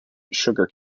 sugar